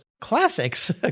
classics